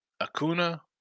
Acuna